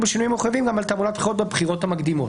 בשינויים המחויבים גם על תעמולת בחירות בבחירות המקדימות.